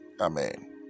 Amen